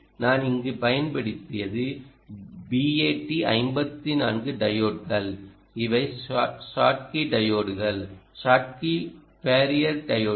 நான் இங்கு பயன்படுத்தியது BAT54 டையோட்கள் இவை ஸ்கொட்கி டையோட்கள் ஷாட்கி பேரியர் டையோட்கள்